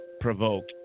provoke